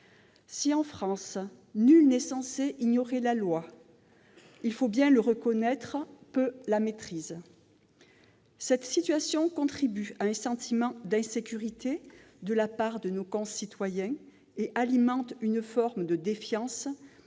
Si, en France, « nul n'est censé ignorer la loi », il faut bien reconnaître que peu la maîtrisent. Cette situation contribue à un sentiment d'insécurité de la part de nos concitoyens et alimente une forme de défiance